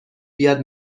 بیاد